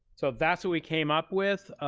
so that's what we came up with.